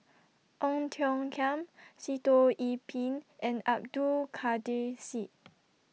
Ong Tiong Khiam Sitoh Yih Pin and Abdul Kadir Syed